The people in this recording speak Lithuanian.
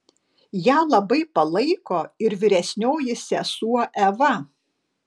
ją labai palaiko ir vyresnioji sesuo eva